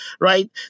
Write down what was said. right